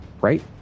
Right